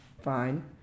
Fine